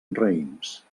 raïms